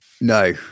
no